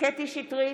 קטי קטרין שטרית,